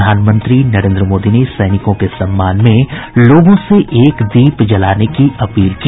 प्रधानमंत्री नरेंद्र मोदी ने सैनिकों के सम्मान में लोगों से एक दीप जलाने की अपील की